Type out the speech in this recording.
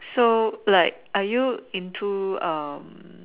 so like are you into um